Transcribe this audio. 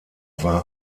war